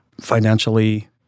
financially